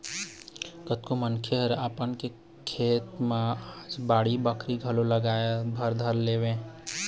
कतको मनखे मन ह अपन खेत खार मन म आज बाड़ी बखरी घलोक लगाए बर धर ले हवय